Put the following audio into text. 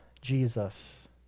Jesus